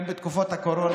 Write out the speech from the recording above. גם בתקופת הקורונה,